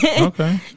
okay